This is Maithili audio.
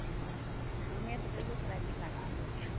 अहाॅं हमे तऽ बेगुसराय जिलाके छियै